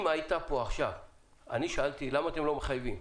אני שאלתי למה אתם לא מחייבים.